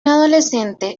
adolescente